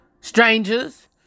strangers